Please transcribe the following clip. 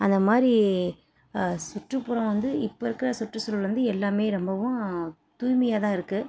அதை மாதிரி சுற்றுப்புறம் வந்து இப்போ இருக்கிற சுற்றுச்சூழல் வந்து எல்லாமே ரொம்பவும் தூய்மையாகதான் இருக்குது